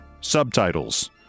subtitles